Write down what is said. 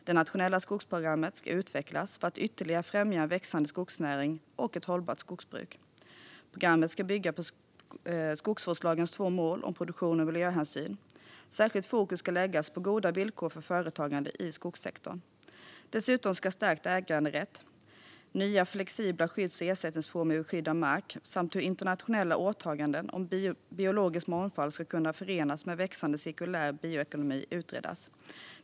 Det nationella skogsprogrammet ska utvecklas för att ytterligare främja en växande skogsnäring och ett hållbart skogsbruk. Programmet ska bygga på skogsvårdslagens två mål om produktion och miljöhänsyn. Särskilt fokus ska läggas på goda villkor för företagande i skogssektorn. Dessutom ska stärkt äganderätt, nya flexibla skydds och ersättningsformer vid skydd av mark samt hur internationella åtaganden om biologisk mångfald ska kunna förenas med en växande cirkulär bioekonomi utredas.